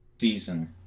season